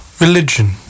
religion